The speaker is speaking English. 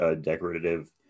decorative